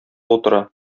утыра